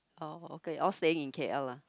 oh okay all staying in K_L lah